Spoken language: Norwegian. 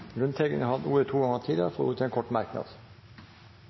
har hatt ordet to ganger tidligere og får ordet til en kort merknad,